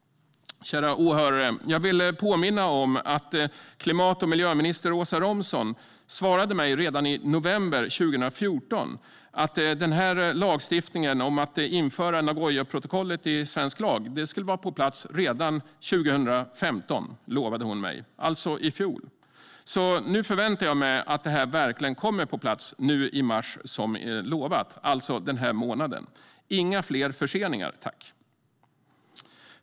Kära åhörare! Jag vill dock påminna om att klimat och miljöminister Åsa Romson redan i november 2014 svarade mig att införandet av Nagoyaprotokollet i svensk lag skulle vara på plats 2015, alltså i fjol. Det lovade hon mig. Nu förväntar jag mig alltså att detta verkligen kommer på plats nu i mars, som utlovat - det vill säga den här månaden. Inga fler förseningar, tack!